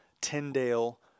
Tyndale